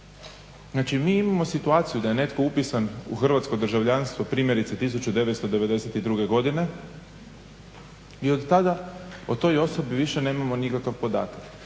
Znači mi imao situaciju da je netko upisan u hrvatsko državljanstvo primjerice 1992. godine i od tada o toj osobi više nemamo nikakav podatak.